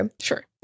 Sure